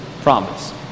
promise